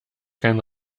kein